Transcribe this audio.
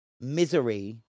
misery